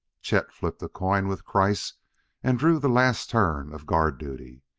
chet flipped a coin with kreiss and drew the last turn of guard duty.